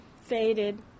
faded